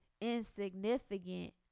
insignificant